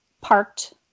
parked